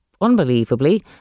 unbelievably